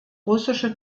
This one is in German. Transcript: russische